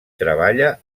treballa